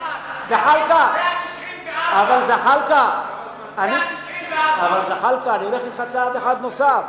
194. אבל, זחאלקה, אני הולך אתך צעד אחד נוסף.